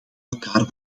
elkaar